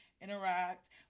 interact